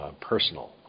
Personal